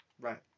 Right